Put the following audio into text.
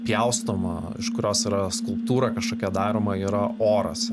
pjaustoma iš kurios yra skulptūra kažkokia daroma yra oras